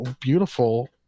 beautiful